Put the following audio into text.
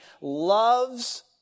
loves